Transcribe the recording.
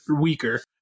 weaker